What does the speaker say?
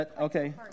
okay